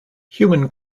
human